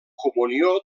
comunió